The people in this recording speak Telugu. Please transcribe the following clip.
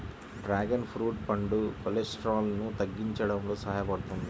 డ్రాగన్ ఫ్రూట్ పండు కొలెస్ట్రాల్ను తగ్గించడంలో సహాయపడుతుంది